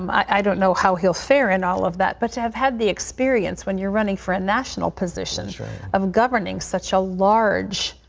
um i don't know how he'll fare in all of that, but to have had the experience when you are running for a national position of governing such a large,